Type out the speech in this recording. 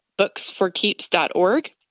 booksforkeeps.org